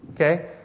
Okay